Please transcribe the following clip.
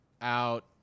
out